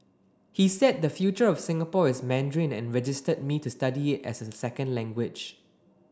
he said the future of Singapore is Mandarin and registered me to study as a second language